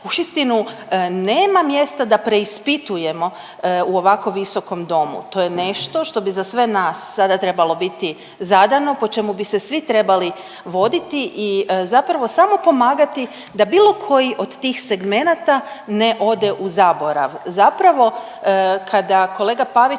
uistinu nema mjesta da preispitujemo u ovako visokom domu. To je nešto što bi za sve nas sada trebalo biti zadano, po čemu bi se svi trebali voditi i zapravo samo pomagati da bilo koji od tih segmenata ne ode u zaborav. Zapravo kada kolega Pavić